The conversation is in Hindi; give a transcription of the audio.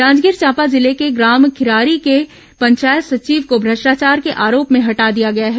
जांजगीर चांपा जिले के ग्राम किरारी के पंचायत सचिव को भ्रष्टाचार के आरोप में हटा दिया गया है